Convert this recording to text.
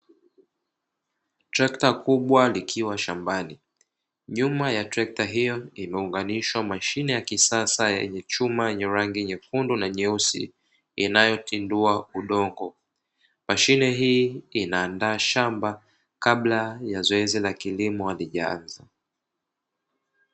Trekta kubwa likiwa shambani nyuma ya trekta hiyo imeunganishwa mashine ya kisasa ya chuma nyenye rangi nyekundu na nyeusi inayotindua udongo, mashine hii inaandaa shamba kabla ya zoezi la kilimo halijaanza.